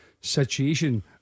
situation